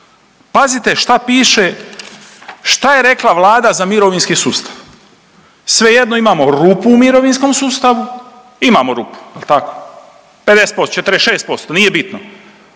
Pazite šta piše, šta je rekla Vlada za mirovinski sustav, svejedno imamo rupu u mirovinskom sustavu, imamo rupu jel tako, 50%, 46%, nije bitno,